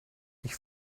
ich